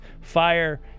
fire